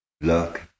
Luck